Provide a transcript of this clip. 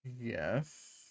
Yes